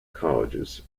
college